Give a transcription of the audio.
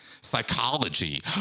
psychology